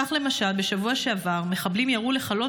כך למשל בשבוע שעבר מחבלים ירו לחלון